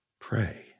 pray